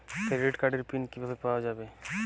Credit কার্ডের pin কিভাবে পাওয়া যাবে?